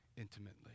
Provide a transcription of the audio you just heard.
intimately